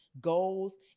goals